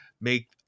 Make